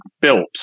built